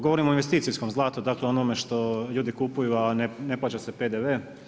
Govorim o investicijskom zlatu, dakle onome što ljudi kupuju a ne plaća se PDV.